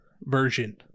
version